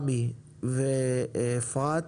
התייחסויות, אם יש, של עמי ואפרת.